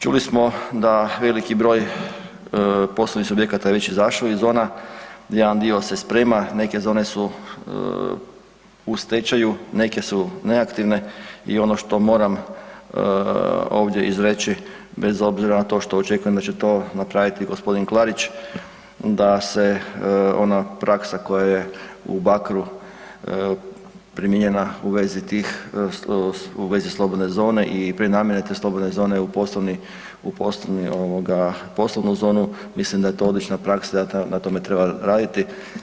Čuli smo da veliki broj poslovnih subjekata je već izašao iz zona, jedan dio se sprema, neke zone su u stečaju, neke su neaktivne i ono što moram ovdje izreći, bez obzira na to što očekujem da će to napraviti g. Klarić da se ona praksa koja je u Bakru, primijenjena u vezi slobodne zone i prenamjene te slobodne zone u poslovnu zonu, mislim da je to odlična praksa i na tome treba raditi.